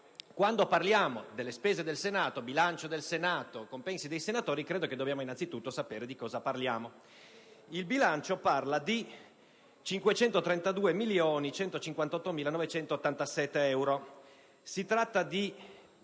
quando parliamo delle spese del Senato (bilancio interno e compensi dei senatori) credo che innanzi tutto dovremmo sapere di cosa parliamo. Il bilancio parla di 532.158.987 euro: si tratta di